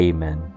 Amen